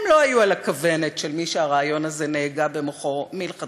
הם לא היו על הכוונת של מי שהרעיון הזה נהגה במוחו מלכתחילה.